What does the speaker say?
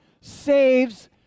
saves